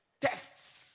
tests